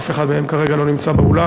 אף אחד מהם כרגע לא נמצא באולם.